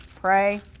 Pray